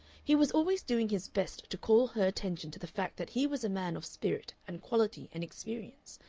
he was always doing his best to call her attention to the fact that he was a man of spirit and quality and experience,